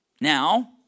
Now